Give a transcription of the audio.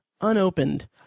unopened